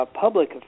public